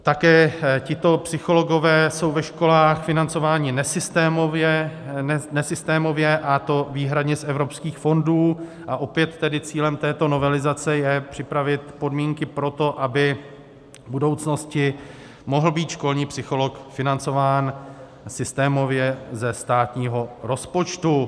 Také tito psychologové jsou ve školách financováni nesystémově, a to výhradně z evropských fondů, a opět tedy cílem této novelizace je připravit podmínky pro to, aby v budoucnosti mohl být školní psycholog financován systémově ze státního rozpočtu.